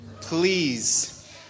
Please